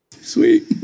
Sweet